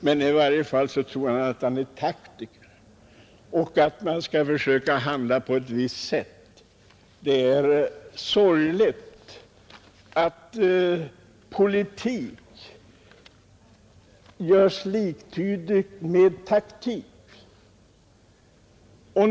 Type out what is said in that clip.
Men i varje fall tror han att han är taktiker och försöker därför handla på ett visst sätt. Det är sorgligt att politik görs liktydigt med taktik.